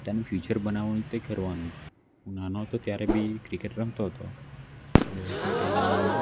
તેનું ફ્યુચર બનાવવાનું તે કરવાનું હું નાનો હતો ત્યારે બી ક્રિકેટ રમતો હતો તો તે ટાઈમે